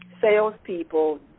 salespeople